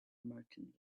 merchant